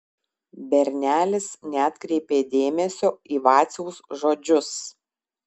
bernelis neatkreipė dėmesio į vaciaus žodžius